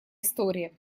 история